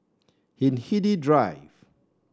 Hindhede Drive